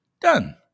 Done